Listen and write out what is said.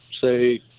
say